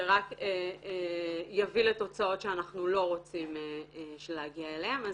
רק יביא לתוצאות שאנחנו לא רוצים להגיע אליהן.